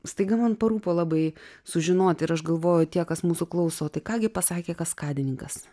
staiga man parūpo labai sužinoti ir aš galvoju tie kas mūsų klauso tai ką gi pasakė kaskadininkas